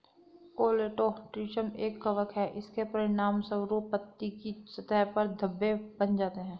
Colletotrichum एक कवक है, इसके परिणामस्वरूप पत्ती की सतह पर धब्बे बन जाते हैं